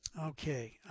Okay